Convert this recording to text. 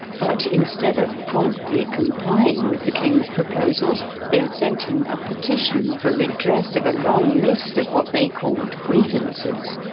but, instead of promptly complying with the king's proposals they sent him a petition for redress of a long list of what they called grievances.